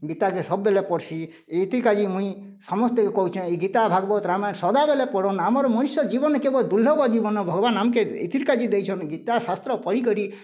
ଗୀତାକେ ସବୁବେଳେ ପଢ଼ସି ଏଥି କାଯେ ମୁଇଁ ସମସ୍ତେ କହିଛନ୍ ଏଇ ଗୀତା ଭାଗବତ ରାମାୟଣ ସଦାବେଳେ ପଢ଼ନ ଆମର ମଣିଷ ଜୀବନ୍ କେବଳ ଦୁର୍ଲଭ ଜୀବନ ଭଗବାନ୍ ଆମକେ ଏଥିର କାଜି ଦେଇଛନ୍ ଗୀତା ଶାସ୍ତ୍ର ପଢ଼ି କରି